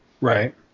Right